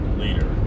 leader